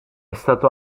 stato